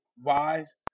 wise